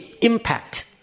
impact